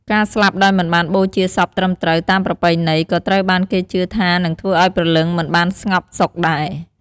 ការស្លាប់ដោយមិនបានបូជាសពត្រឹមត្រូវតាមប្រពៃណី ក៏ត្រូវបានគេជឿថានឹងធ្វើឲ្យព្រលឹងមិនបានស្ងប់សុខដែរ។